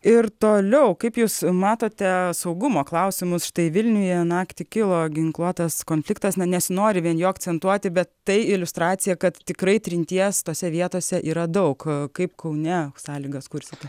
ir toliau kaip jūs matote saugumo klausimus štai vilniuje naktį kilo ginkluotas konfliktas nesinori vien jo akcentuoti bet tai iliustracija kad tikrai trinties tose vietose yra daug kaip kaune sąlygas kursite